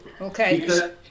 okay